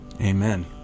Amen